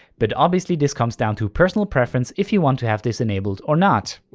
but obviously this comes down to personal preference if you want to have this enabled or not.